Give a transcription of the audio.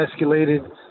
escalated